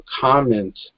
comment